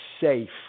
safe